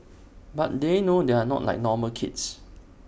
but they know they are not like normal kids